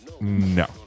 No